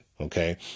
Okay